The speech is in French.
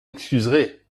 excuserez